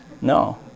No